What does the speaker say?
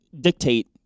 dictate